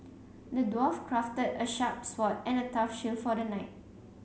the dwarf crafted a sharp sword and a tough shield for the knight